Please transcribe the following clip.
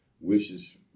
wishes